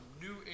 new